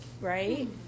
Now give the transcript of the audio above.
Right